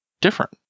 different